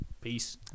Peace